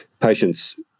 patients